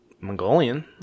Mongolian